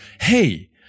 hey